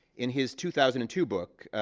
in his two thousand and two book,